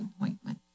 appointment